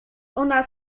ona